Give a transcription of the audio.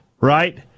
right